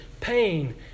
pain